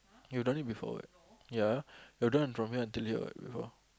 you don't need be forward ya you done from here until here what before